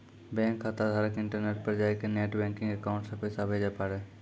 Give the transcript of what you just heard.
bank खाताधारक internet पर जाय कै नेट बैंकिंग अकाउंट से पैसा भेजे पारै